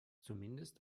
zumindest